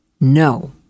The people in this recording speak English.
No